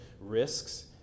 Risks